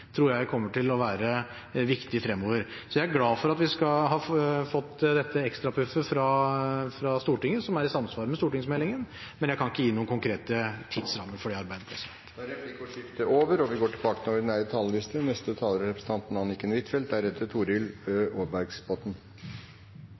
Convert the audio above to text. tror jeg kommer til å være viktig fremover. Så jeg er glad for at vi har fått dette ekstra puffet fra Stortinget, som er i samsvar med stortingsmeldingen, men jeg kan ikke gi noen konkret tidsrammer for det arbeidet. Replikkordskiftet er omme. Svalbard er en viktigere del av Norge enn tidligere – fordi miljøproblemene på Svalbard gjør oss mer sårbare, fordi nordområdene er